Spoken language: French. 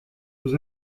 aux